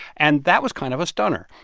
and that was kind of a stunner.